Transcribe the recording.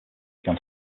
began